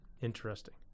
Interesting